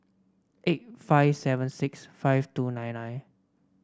eight five seven six five two nine nine